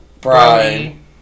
Brian